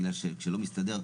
בגלל כשלא מסתדר,